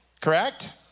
Correct